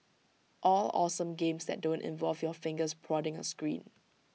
all awesome games that don't involve your fingers prodding A screen